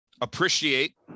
appreciate